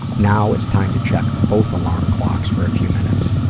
now it's time to check both alarm clocks for a few minutes.